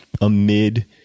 amid